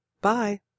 Bye